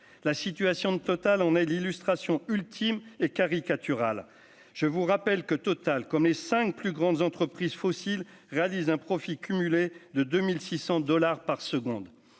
la situation de Total en est l'illustration ultime et caricatural, je vous rappelle que Total comme les 5 plus grandes entreprises fossiles réalise un profit cumulé de 2600 dollars par seconde,